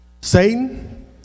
Satan